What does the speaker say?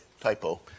typo